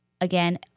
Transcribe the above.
Again